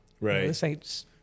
Right